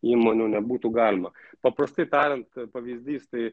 įmonių nebūtų galima paprastai tariant pavyzdys tai